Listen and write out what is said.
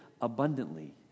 abundantly